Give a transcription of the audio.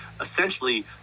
essentially